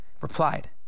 replied